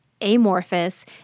amorphous